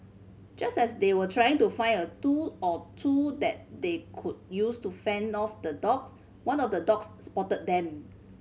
just as they were trying to find a tool or two that they could use to fend off the dogs one of the dogs spotted them